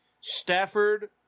Stafford